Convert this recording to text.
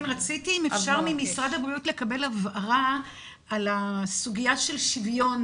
רציתי לקבל הבהרה ממשרד הבריאות על הסוגיה של שוויון,